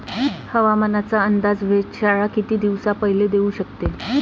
हवामानाचा अंदाज वेधशाळा किती दिवसा पयले देऊ शकते?